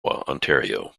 ontario